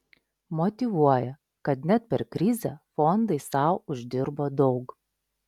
motyvuoja kad net per krizę fondai sau uždirbo daug